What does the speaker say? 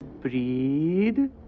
Breed